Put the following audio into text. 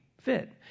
fit